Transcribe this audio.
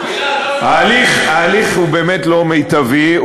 ההליך הוא באמת לא מיטבי,